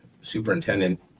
superintendent